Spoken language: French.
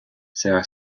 sera